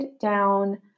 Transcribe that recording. down